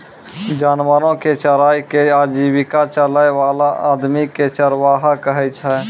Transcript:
जानवरो कॅ चराय कॅ आजीविका चलाय वाला आदमी कॅ चरवाहा कहै छै